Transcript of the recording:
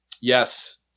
Yes